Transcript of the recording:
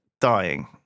dying